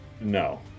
No